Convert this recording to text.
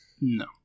No